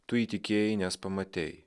tu įtikėjai nes pamatei